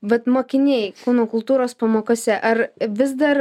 vat mokiniai kūno kultūros pamokose ar vis dar